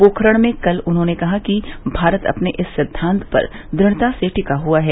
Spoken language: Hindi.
पोखरण में कल उन्होंने कहा कि भारत अपने इस सिद्धांत पर दुढ़ता से टिका हुआ है